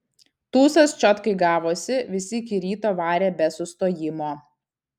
tūsas čiotkai gavosi visi iki ryto varė be sustojimo